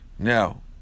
Now